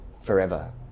forever